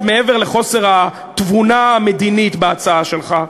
מעבר לחוסר התבונה המדינית בהצעה שלך,